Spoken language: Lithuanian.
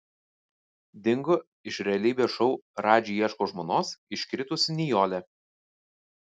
dingo iš realybės šou radži ieško žmonos iškritusi nijolė